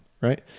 Right